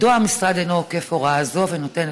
מדוע המשרד אינו אוכף הוראה זו, ונותן